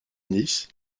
nice